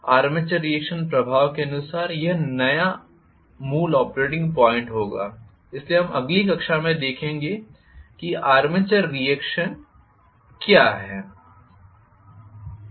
armature reaction प्रभाव के अनुसार यह नया मूल ऑपरेटिंग पॉइंट होगा इसलिए हम अगली कक्षा में देखेंगे कि आर्मेचर रीएक्शन क्या है